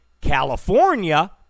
california